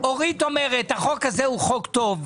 אורית אומרת, החוק הזה הוא חוק טוב.